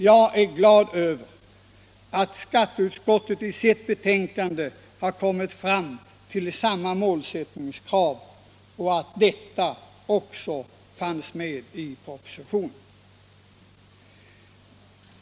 Jag är glad över att skatteutskottet har kommit fram till samma målsättning och att denna även finns med i propositionen.